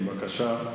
בבקשה.